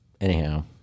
Anyhow